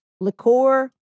liqueur